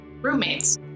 roommates